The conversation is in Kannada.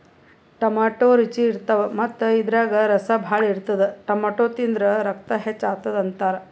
ಟೊಮ್ಯಾಟೋ ರುಚಿ ಇರ್ತವ್ ಮತ್ತ್ ಇದ್ರಾಗ್ ರಸ ಭಾಳ್ ಇರ್ತದ್ ಟೊಮ್ಯಾಟೋ ತಿಂದ್ರ್ ರಕ್ತ ಹೆಚ್ಚ್ ಆತದ್ ಅಂತಾರ್